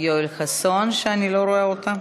יואל חסון, שאני לא רואה אותו,